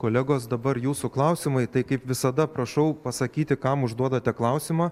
kolegos dabar jūsų klausimai tai kaip visada prašau pasakyti kam užduodate klausimą